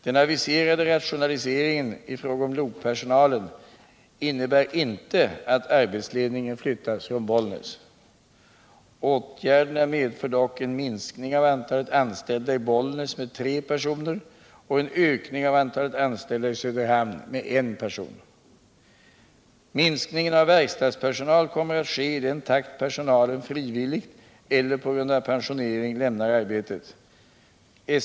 Den aviserade rationaliseringen i fråga om lokpersonalen innebär inte att arbetsledningen flyttas från Bollnäs. Åtgärderna medför dock en minskning av antalet anställda i Bollnäs med tre personer och en ökning av antalet anställda i Söderhamn med en person. Minskningen av verkstadspersonal kommer att ske i den takt personalen frivilligt eller på grund av pensionering lämnar arbetet.